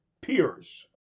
peers